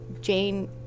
Jane